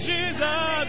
Jesus